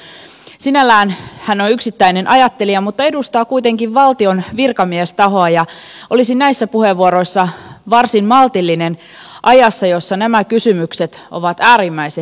sinällään hän on yksittäinen ajattelija mutta edustaa kuitenkin valtion virkamiestahoa ja olisin näissä puheenvuoroissa varsin maltillinen ajassa jossa nämä kysymykset ovat äärimmäisen herkkiä